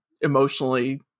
emotionally